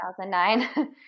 2009